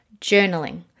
journaling